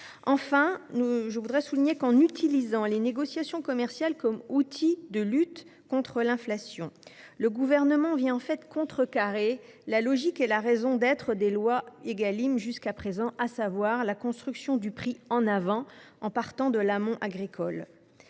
de ses vœux. Enfin, en utilisant les négociations commerciales comme outil de lutte contre l’inflation, le Gouvernement vient contrecarrer la logique et la raison d’être des lois Égalim, à savoir la construction du prix en avance, en partant de l’amont agricole.